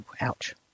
Ouch